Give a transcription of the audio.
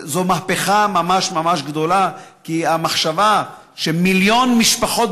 זו מהפכה ממש ממש גדולה לנוכח המחשבה שמיליון משפחות